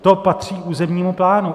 To patří územnímu plánu.